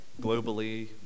globally